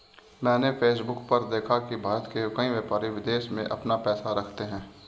मैंने फेसबुक पर देखा की भारत के कई व्यापारी विदेश में अपना पैसा रखते हैं